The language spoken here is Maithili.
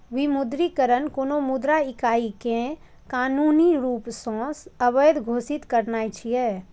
विमुद्रीकरण कोनो मुद्रा इकाइ कें कानूनी रूप सं अवैध घोषित करनाय छियै